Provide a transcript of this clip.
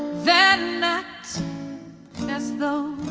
then act as though